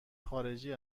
خارجی